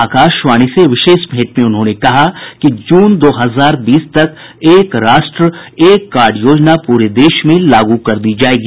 आकाशवाणी से विशेष भेंट में उन्होंने कहा कि जून दो हजार बीस तक एक राष्ट्र एक कार्ड योजना पूरे देश में लागू कर दी जाएगी